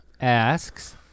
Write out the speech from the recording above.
asks